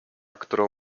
którą